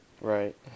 Right